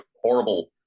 horrible